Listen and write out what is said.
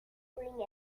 bring